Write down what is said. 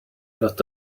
lot